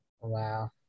Wow